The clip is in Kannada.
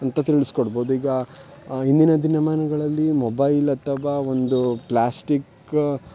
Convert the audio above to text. ಅಂತ ತಿಳ್ಸ್ಕೊಡ್ಬೌದು ಈಗ ಇಂದಿನ ದಿನಮಾನಗಳಲ್ಲಿ ಮೊಬೈಲ್ ಅಥವಾ ಒಂದು ಪ್ಲಾಸ್ಟಿಕ್ಕ